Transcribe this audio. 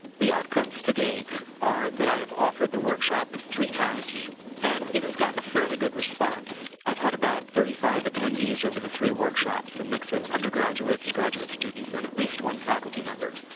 the outcomes to date are that i have offered the workshop three times and it has gotten a fairly good response. i've had about thirty five attendees over the three workshops, a mix of undergraduates graduate students and at least one faculty member.